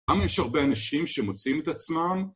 למה יש הרבה אנשים שמוצאים את עצמם?